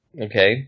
okay